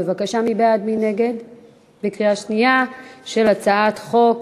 הצעת חוק